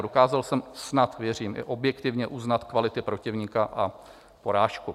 Dokázal jsem snad, věřím, i objektivně uznat kvality protivníka a porážku.